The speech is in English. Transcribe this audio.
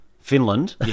Finland